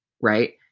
Right